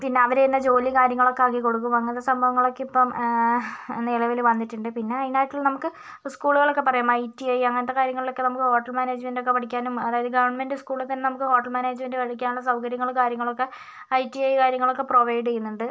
പിന്നെ അവരുതന്നെ ജോലിയും കാര്യങ്ങളൊക്കെ ആക്കി കൊടുക്കും അങ്ങനത്തെ സംഭവങ്ങളൊക്കെ ഇപ്പം നിലവില് വന്നിട്ടുണ്ട് പിന്നെ അതിനായിട്ട് നമുക്ക് സ്കൂളുകളൊക്കെ പറയാം ഐ ടി ഐ അങ്ങനത്തെ കാര്യങ്ങളിലൊക്കെ നമുക്ക് ഹോട്ടൽ മാനേജ്മെന്റൊക്കെ പഠിക്കാനും അതായത് ഗവൺമെൻറ് സ്കൂളിൽ തന്നെ നമുക്ക് ഹോട്ടൽ മാനേജ്മന്റ് പഠിക്കാനുള്ള സൗകര്യങ്ങളും കാര്യങ്ങളും ഒക്കെ ഐ ടി ഐ കാര്യങ്ങളൊക്കെ പ്രൊവൈടെയ്യുന്നുണ്ട്